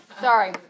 Sorry